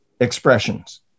expressions